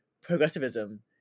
progressivism